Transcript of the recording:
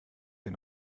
den